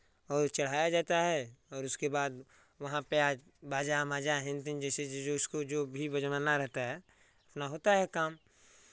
और चढ़ाया जाता है और उसके बाद वहाँ पे आज बाजा माजा हेन टेन जैसे जो जो उसको जो भी बजबवाना रहता है अपना होता है काम